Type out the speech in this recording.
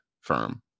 firm